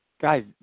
Guys